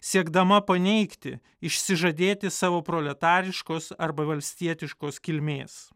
siekdama paneigti išsižadėti savo proletariškos arba valstietiškos kilmės